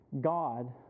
God